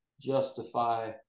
justify